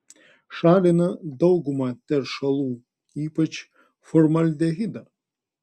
šalina daugumą teršalų ypač formaldehidą